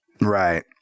Right